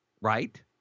Right